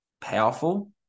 powerful